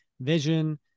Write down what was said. Vision